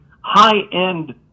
high-end